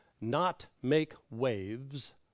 not-make-waves